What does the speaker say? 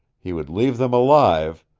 he would leave them alive,